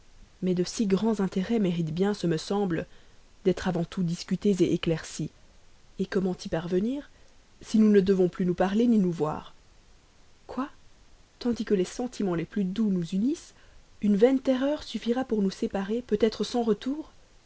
mais de si grands intérêts méritent bien ce me semble d'être avant tout discutés éclaircis comment y parvenir si nous ne devons plus nous parler ni nous voir quoi tandis que les sentiments les plus doux nous unissent une vaine terreur suffira pour nous séparer peut-être sans retour